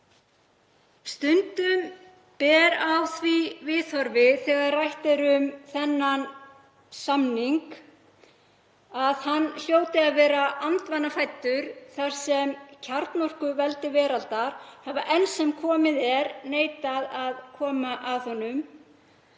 Stundum ber á því viðhorfi þegar rætt er um þennan samning að hann hljóti að vera andvana fæddur þar sem kjarnorkuveldi veraldar hafa enn sem komið er neitað að koma að honum.